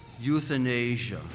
euthanasia